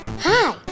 Hi